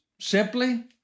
simply